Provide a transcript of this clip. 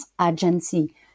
agency